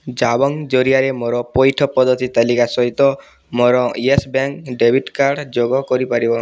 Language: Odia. ଜାବଙ୍ଗ୍ ଜରିଆରେ ମୋର ପଇଠ ପଦ୍ଧତି ତାଲିକା ସହିତ ମୋର ୟେସ୍ ବ୍ୟାଙ୍କ ଡେବିଟ୍ କାର୍ଡ଼ ଯୋଗ କରିପାରିବ